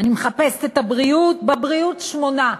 אני מחפשת את הבריאות, בבריאות, 8,